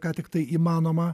ką tiktai įmanoma